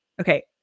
Okay